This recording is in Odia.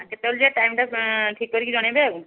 ଆ କେତେବେଳେ ଯିବା ଟାଇମ୍ଟା ଠିକ୍ କରିକି ଜଣାଇବେ ଆଉ